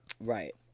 Right